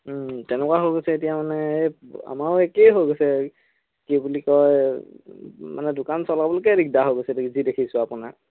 তেনেকুৱা হৈ গৈছে এতিয়া মানে এই আমাৰো একেই হৈ গৈছে কি বুলি কয় মানে দোকান চলাবলৈকে দিগদাৰ হৈ গৈছে যি দেখিছোঁ আপোনাক